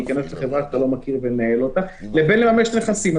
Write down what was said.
להיכנס לחברה שאתה לא מכיר ולנהל אותה מאשר לממש נכסים.